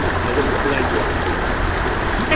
and a little angry at him too. sometimes i